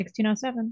1607